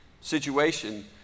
situation